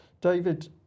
David